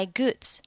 goods